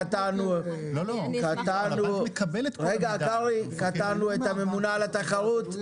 קטענו את הממונה על התחרות,